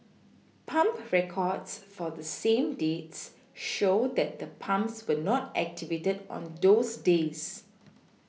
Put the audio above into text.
pump records for the same dates show that the pumps were not activated on those days